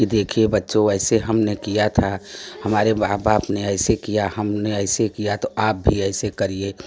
कि देखिए बच्चों ऐसे हमने किया था हमारे माँ बाप से ऐसे किया हमने ऐसे किया तो आप भी ऐसे करिए